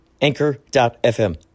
Anchor.fm